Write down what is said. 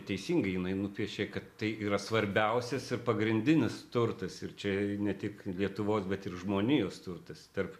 teisingai jinai nupiešė kad tai yra svarbiausias ir pagrindinis turtas ir čia ne tik lietuvos bet ir žmonijos turtas tarp